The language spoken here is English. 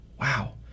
Wow